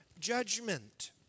judgment